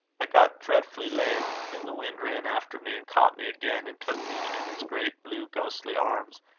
i got dreadfully lame. and the wind ran after me, and caught me again, and took me in his great blue ghostly arms,